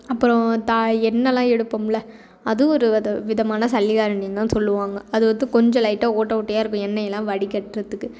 அப்பறம் தா எண்ணெய்லாம் எடுப்போம்ல அது ஒரு வித விதமான சல்லி கரண்டின்னு தான் சொல்லுவாங்க அது வந்து கொஞ்சம் லைட்டாக ஓட்டை ஓட்டையாக இருக்கும் எண்ணெயெல்லாம் வடிகட்டுறதுக்கு